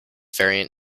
variant